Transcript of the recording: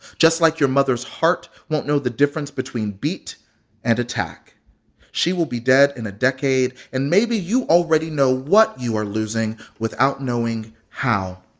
just like your mother's heart won't know the difference between beat and attack she will be dead in a decade, and maybe you already know what you are losing without knowing how.